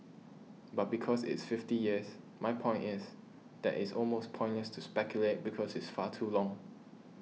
but because it's fifty years my point is that it's almost pointless to speculate because it's far too long